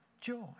Joy